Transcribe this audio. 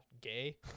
gay